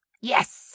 Yes